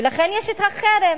ולכן יש חרם.